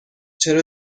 چرا